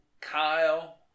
Kyle